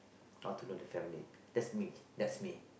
want to know the family that's me that's me